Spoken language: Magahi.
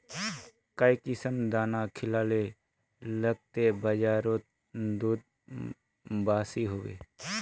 काई किसम दाना खिलाले लगते बजारोत दूध बासी होवे?